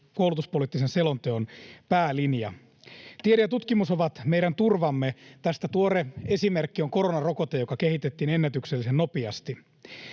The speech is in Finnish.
koulutuspoliittisen selonteon päälinja. Tiede ja tutkimus ovat meidän turvamme. Tästä tuore esimerkki on koronarokote, joka kehitettiin ennätyksellisen nopeasti.